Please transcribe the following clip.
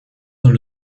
dans